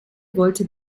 wollte